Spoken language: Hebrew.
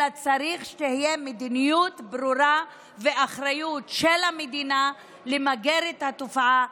אלא צריך שתהיה מדיניות ברורה ואחריות של המדינה למגר את התופעה,